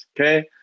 okay